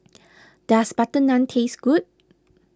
does Butter Naan taste good